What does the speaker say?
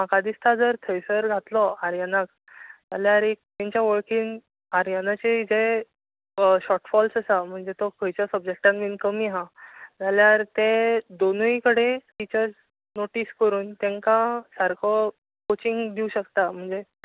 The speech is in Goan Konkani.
म्हाका दिसता जर थंयसर घातलो आर्यनाक जाल्यार एक तांच्या वळखीन आर्यनाचें जे शोटफॉल्स आसा म्हणजे तो खंयच्या सबजेक्टान बीन कमी आसा जाल्यार ते दोनीय कडेन टिचर्स नोटीस करून तांकां सारको कोचींग दिवंक शकता